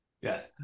Yes